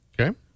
Okay